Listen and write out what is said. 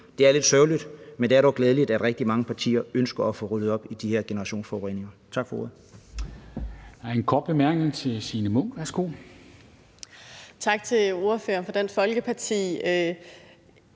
er lidt sørgeligt. Men det er dog glædeligt, at rigtig mange partier ønsker at få ryddet op i de her generationsforureninger. Tak for ordet.